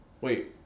wait